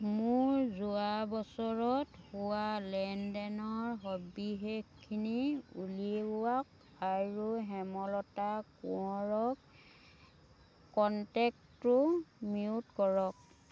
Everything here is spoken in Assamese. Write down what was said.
মোৰ যোৱা বছৰত হোৱা লেনদেনৰ সবিশেষখিনি উলিওয়াওক আৰু হেমলতা কোঁৱৰক কণ্টেক্টটো মিউট কৰক